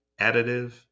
additive